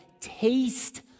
taste